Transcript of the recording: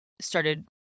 started